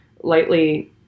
lightly